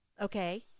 Okay